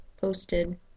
posted